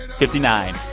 fifty nine.